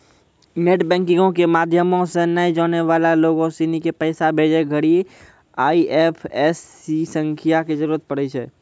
net बैंकिंगो के माध्यमो से नै जानै बाला लोगो सिनी के पैसा भेजै घड़ि आई.एफ.एस.सी संख्या के जरूरत होय छै